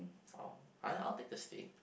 oh I I'll take the steak